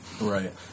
Right